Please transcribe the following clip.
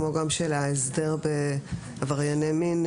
כמו גם של ההסדר בעברייני מין,